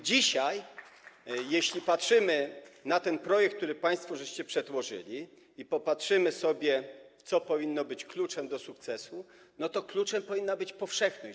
Dzisiaj, jeśli patrzymy na ten projekt, który państwo przedłożyliście, i popatrzymy, co powinno być kluczem do sukcesu, to kluczem powinna być powszechność.